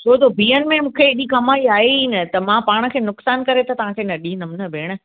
छोजो बीहनि में मूंखे एॾी कमाई आहे ई न त मां पाण खे नुक़सानु करे त तव्हआंखे न ॾींदमि न भेणु